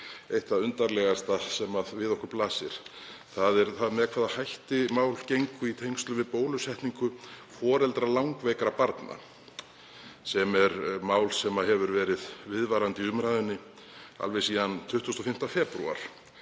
eitt það undarlegasta sem við okkur blasir. Það er með hvaða hætti mál gengu í tengslum við bólusetningu foreldra langveikra barna. Það er mál sem verið hefur viðvarandi í umræðunni alveg síðan 25. febrúar.